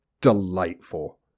delightful